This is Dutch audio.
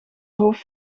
hoofd